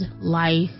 life